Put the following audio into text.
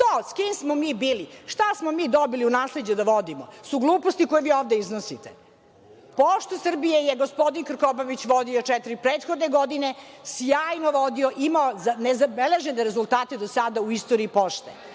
To s kim smo mi bili, šta smo mi dobili u nasleđe da vodimo su gluposti koje vi ovde iznosite. Poštu Srbije je gospodin Krkobabić vodio četiri prethodne godine, sjajno vodio. Imao je nezabeležene rezultate do sada u istoriji Pošte.